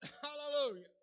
Hallelujah